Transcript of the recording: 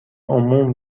عموم